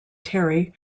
terry